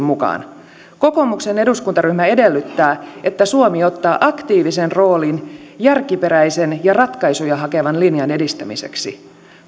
mukaan kokoomuksen eduskuntaryhmä edellyttää että suomi ottaa aktiivisen roolin järkiperäisen ja ratkaisuja hakevan linjan edistämiseksi